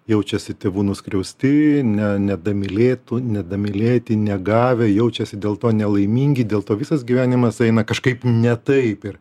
jaučiasi tėvų nuskriausti ne nedamylėtų nedamylėti negavę jaučiasi dėl to nelaimingi dėl to visas gyvenimas eina kažkaip ne taip ir